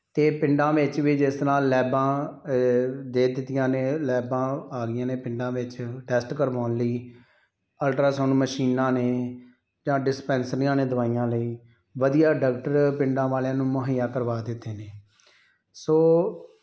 ਅਤੇ ਪਿੰਡਾਂ ਵਿੱਚ ਵੀ ਜਿਸ ਤਰ੍ਹਾਂ ਲੈਬਾਂ ਦੇ ਦਿੱਤੀਆਂ ਨੇ ਲੈਬਾਂ ਆ ਗਈਆਂ ਨੇ ਪਿੰਡਾਂ ਵਿੱਚ ਟੈਸਟ ਕਰਵਾਉਣ ਲਈ ਅਲਟਰਾਸਾਊਂਡ ਮਸ਼ੀਨਾਂ ਨੇ ਜਾਂ ਡਿਸਪੈਂਸਰੀਆਂ ਨੇ ਦਵਾਈਆਂ ਲਈ ਵਧੀਆ ਡਾਕਟਰ ਪਿੰਡਾਂ ਵਾਲਿਆਂ ਨੂੰ ਮੁਹੱਈਆ ਕਰਵਾ ਦਿੱਤੇ ਨੇ ਸੋ